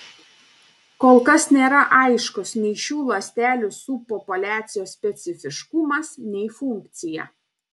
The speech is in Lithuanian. kol kas nėra aiškus nei šių ląstelių subpopuliacijos specifiškumas nei funkcija